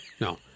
No